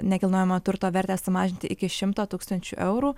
nekilnojamojo turto vertę sumažinti iki šimto tūkstančių eurų